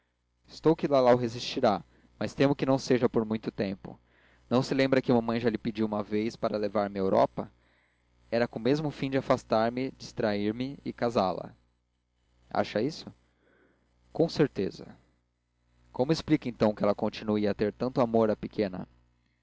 pensou estou que lalau resistirá mas temo que não seja por muito tempo não se lembra que mamãe já lhe pediu uma vez para levar-me à europa era com o mesmo fim de afastar me distrair-me e casá la acha isso com certeza como explica então que ela continue a ter tanto amor à pequena